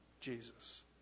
Jesus